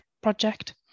project